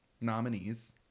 nominees